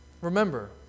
Remember